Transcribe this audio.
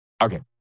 Okay